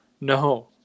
No